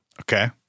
Okay